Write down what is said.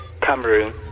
Cameroon